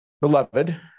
Beloved